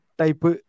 type